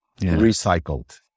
recycled